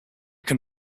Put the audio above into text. can